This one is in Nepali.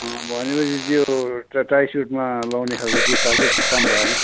भनेपछि चाहिँ यो टाई सुटमा लाउनेखालको जुत्ता चाहिँ काम भएन